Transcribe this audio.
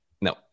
no